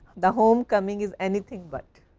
the home coming is anything but,